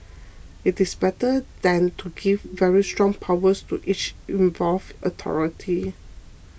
it is better than to give very strong powers to each involved authority